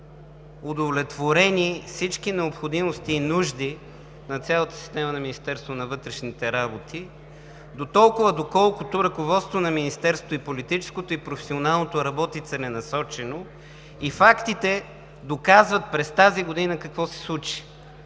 удовлетворени всички необходимости и нужди на цялата система на Министерството на вътрешните работи, доколкото ръководството на Министерството – и политическото, и професионалното, работи целенасочено и фактите доказват какво се случи